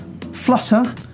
Flutter